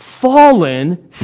fallen